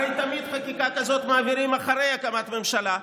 הרי תמיד מעבירים חקיקה כזאת אחרי הקמת ממשלה.